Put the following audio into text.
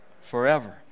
forever